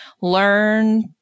learn